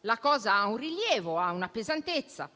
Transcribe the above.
la cosa ha un rilievo e una pesantezza.